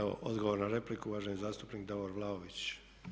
Evo odgovor na repliku uvaženi zastupnik Davor Vlaović.